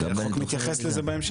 נתייחס לזה בהמשך.